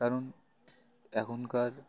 কারণ এখনকার